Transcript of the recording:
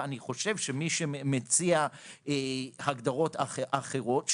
ואני חושב שמי שמציע הגדרות אחרות,